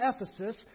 Ephesus